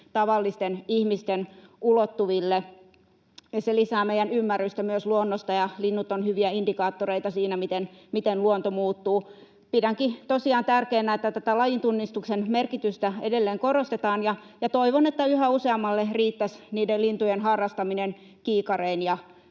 tavallisten ihmisten ulottuville, ja se lisää meidän ymmärrystä myös luonnosta, ja linnut ovat hyviä indikaattoreita siinä, miten luonto muuttuu. Pidänkin tosiaan tärkeänä, että tätä lajintunnistuksen merkitystä edelleen korostetaan, ja toivon, että yhä useammalle riittäisi niiden lintujen harrastaminen kiikarein ja